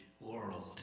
world